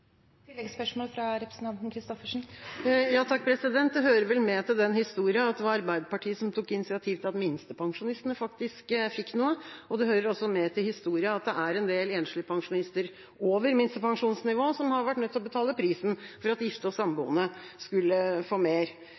hører vel med til den historien at det var Arbeiderpartiet som tok initiativ til at minstepensjonistene faktisk fikk noe, og det hører også med til historien at det er en del enslige pensjonister over minstepensjonsnivå som har vært nødt til å betale prisen for at gifte og samboende skulle få mer.